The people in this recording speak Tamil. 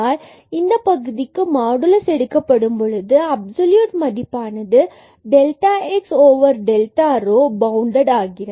எனவே இந்த பகுதிக்கு மாடுலஸ் எடுக்கப்படும் பொழுது அப்சல்யூட் மதிப்பானது delta x delta rho பவுண்டடாகிறது